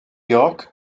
york